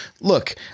look